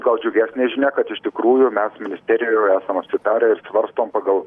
gal džiugesnė žinia kad iš tikrųjų mes ministerijoje esam sutarę ir svarstom pagal